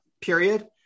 period